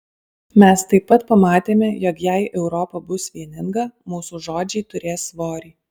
mes taip pat pamatėme jog jei europa bus vieninga mūsų žodžiai turės svorį